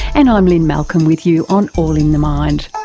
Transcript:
and i'm lynne malcolm with you on all in the mind.